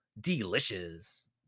delicious